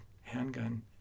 handgun